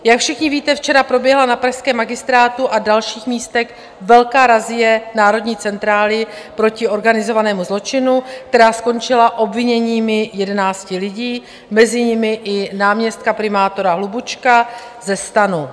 Jak všichni víte, včera proběhla na pražském Magistrátu a dalších místech velká razie Národní centrály proti organizovanému zločinu, která skončila obviněními jedenácti lidí, mezi nimi i náměstka primátora Hlubučka ze STANu.